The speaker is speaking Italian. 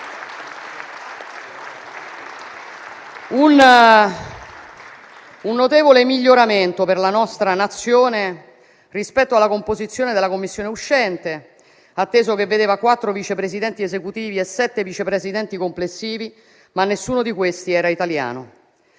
un notevole miglioramento per la nostra Nazione, rispetto alla composizione della Commissione uscente, atteso che vedeva quattro Vice Presidenti esecutivi e sette Vice Presidenti complessivi, nessuno dei quali però era italiano.